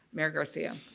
mayor garcia.